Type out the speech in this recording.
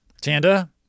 Tanda